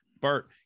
Bart